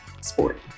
sport